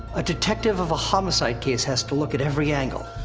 a detective of a homicide case has to look at every angle.